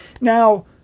Now